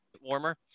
warmer